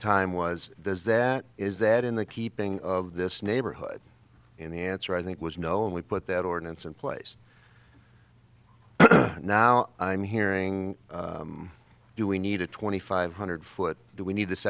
time was does that is that in the keeping of this neighborhood in the answer i think was no and we put that ordinance in place now i'm hearing do we need a twenty five hundred foot do we need this